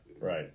right